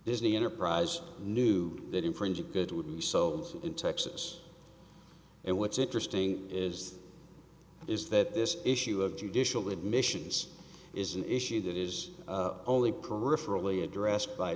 the enterprise knew that infringed good would be so in texas and what's interesting is is that this issue of judicial admissions is an issue that is only peripherally addressed by